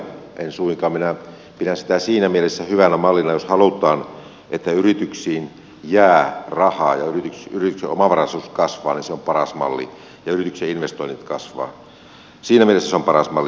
en suinkaan minä pidän sitä siinä mielessä hyvänä mallina jos halutaan että yrityksiin jää rahaa ja yrityksen omavaraisuus kasvaa ja yrityksen investoinnit kasvavat siinä mielessä se on paras malli